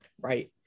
right